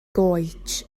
goets